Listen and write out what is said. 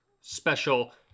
special